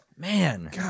Man